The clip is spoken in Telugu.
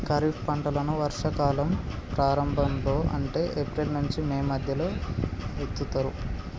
ఖరీఫ్ పంటలను వర్షా కాలం ప్రారంభం లో అంటే ఏప్రిల్ నుంచి మే మధ్యలో విత్తుతరు